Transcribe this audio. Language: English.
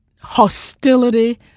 hostility